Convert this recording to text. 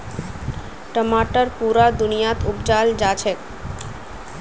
टमाटर पुरा दुनियात उपजाल जाछेक